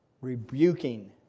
rebuking